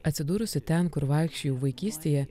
atsidūrusi ten kur vaikščiojau vaikystėje